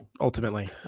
Ultimately